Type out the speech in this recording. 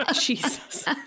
Jesus